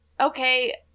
Okay